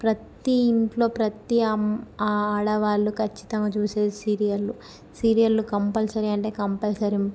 ప్రతీ ఇంట్లో ప్రతీ అమ్ ఆడవాళ్ళు ఖచ్చితంగా చూసేది సీరియళ్ళు సీరియళ్ళు కంపల్సరీ అంటే కంపల్సరీ